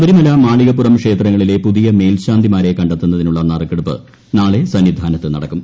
ശബരിമല മാളികപ്പുറം ക്ഷേത്രങ്ങളിലെ പുതിയ മേൽശാന്തിമാരെ കണ്ടെത്തുന്നതിനുള്ള നറുക്കെടുപ്പ് നാളെ സന്നിധാനത്തു നടക്കും